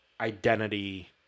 identity